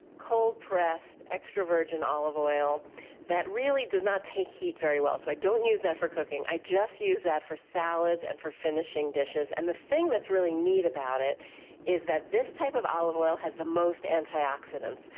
cold-pressed, extra-virgin olive oil that really does not take heat very well. so i don't use that for cooking, i just use that for salads and for finishing dishes and the thing that's really neat about it is that this type of oil has the most antioxidants.